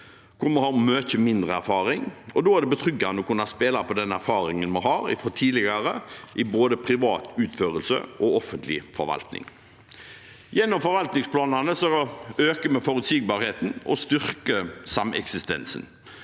hvor vi har mye mindre erfaring, og da er det betryggende å kunne spille på den erfaringen vi har fra tidligere, i både privat utførelse og offentlig forvaltning. Gjennom forvaltningsplanene øker vi forutsigbarheten og styrker sameksistensen.